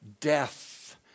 death